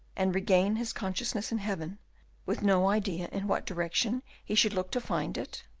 and regain his consciousness in heaven with no idea in what direction he should look to find it?